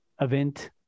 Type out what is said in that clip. event